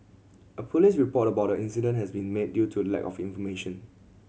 a police report about the incident has been made due to lack of information